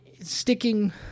sticking